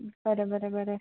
बरें बरें बरें